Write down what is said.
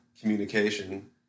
communication